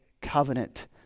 covenant